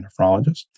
nephrologist